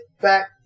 back